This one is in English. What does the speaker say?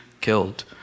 killed